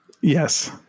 Yes